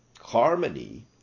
harmony